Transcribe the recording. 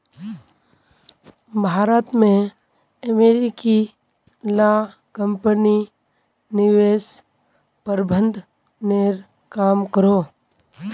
भारत में अमेरिकी ला कम्पनी निवेश प्रबंधनेर काम करोह